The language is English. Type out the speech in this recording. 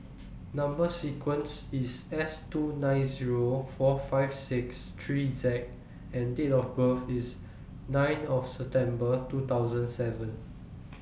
Number sequence IS S two nine Zero four five six three Z and Date of birth IS nine of November two thousand seven